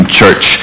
church